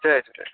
Jay Jhulelal